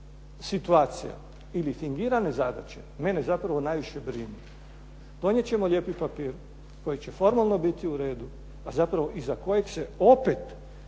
situacija ili fingirane zadaće mene zapravo najviše brinu. Donijet ćemo lijepi papir koji će formalno biti u redu, a zapravo iza kojeg se opet